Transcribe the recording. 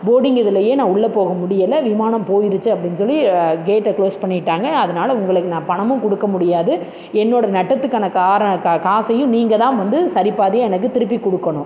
boarding இதுலேயே நான் உள்ளே போக முடியலை விமானம் போயிடுச்சு அப்படின் சொல்லி கேட்டை க்ளோஸ் பண்ணிட்டாங்க அதனால் உங்களுக்கு நான் பணமும் கொடுக்க முடியாது என்னோடய நட்டத்துக்கான கார கா காசையும் நீங்கள் தான் வந்து சரி பாதியாக எனக்கு திருப்பி கொடுக்கணும்